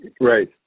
Right